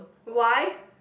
why